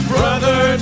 Brother